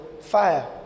fire